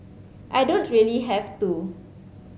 I don't really have to